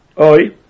Oi